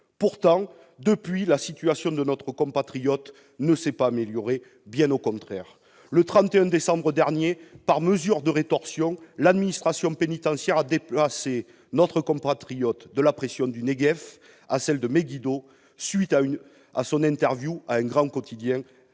Pourtant, depuis lors, la situation de notre compatriote ne s'est pas améliorée, bien au contraire. Le 31 décembre dernier, par mesure de rétorsion, l'administration pénitentiaire a déplacé notre compatriote de la prison du Neguev à celle de Megiddo, à la suite de l'interview qu'il a accordée